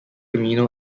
amino